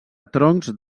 troncs